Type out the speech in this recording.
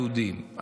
היהודים,